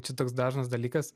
čia toks dažnas dalykas